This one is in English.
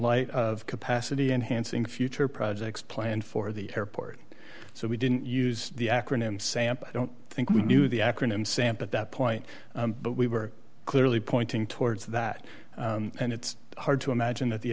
light of capacity enhancing future projects planned for the airport so we didn't use the acronym sample i don't think we knew the acronym samp of that point but we were clearly pointing towards that and it's hard to imagine that the